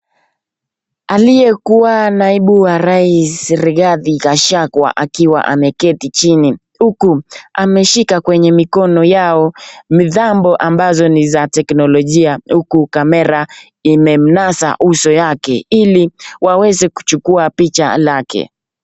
Aliyekuwa naibu wa rais Rigathi Gachagua akiwa ameketi chini huku ameshikwa kwenye mikono yao mitambo ambazo ni za teknolijia huku kamera imemnasa uso wake ili waweze kuchukua picha lake.